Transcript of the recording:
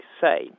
say